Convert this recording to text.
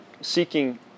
seeking